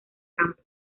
campo